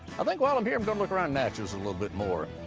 i think while i'm here, i'm gonna look around natchez a little bit more,